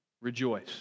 rejoice